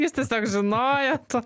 jūs tiesiog žinojot